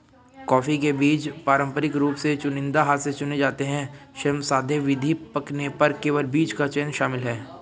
coffee के बीज पारंपरिक रूप से चुनिंदा हाथ से चुने जाते हैं, श्रमसाध्य विधि, पकने पर केवल बीज का चयन शामिल है